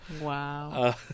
Wow